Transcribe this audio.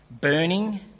burning